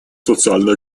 социально